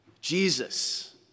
Jesus